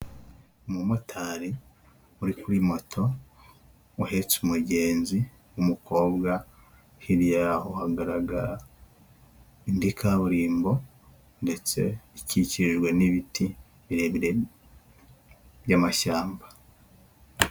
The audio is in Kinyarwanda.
Umumotari uri kuri moto uhetse umugenzi w'umukobwa, hirya yaho hagaragara indi kaburimbo ndetse ikikijwe n'ibiti birebire by'amashyamba.